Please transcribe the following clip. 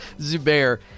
Zubair